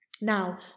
Now